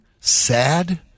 sad